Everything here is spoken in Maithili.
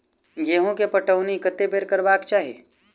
गेंहूँ केँ पटौनी कत्ते बेर करबाक चाहि?